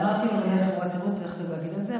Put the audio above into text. אמרתי לגבי התחבורה הציבורית ואני הולכת גם להגיד את זה,